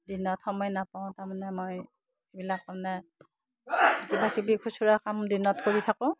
দিনত সময় নাপাওঁ কাৰণে মই সেইবিলাক মানে কিবাকিবি খুচুৰা কাম দিনত কৰি থাকোঁ